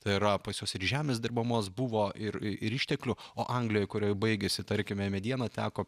tai yra pas juos ir žemės dirbamos buvo ir išteklių o anglijoj kurioj baigėsi tarkime mediena teko